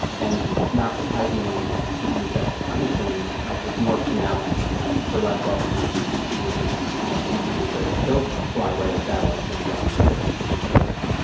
and not surprisingly, the effects of climate change are sort of more pronounced for less wealthy countries, which are also the countries that don't fly weather satellites and run weather supercomputers.